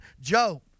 Joe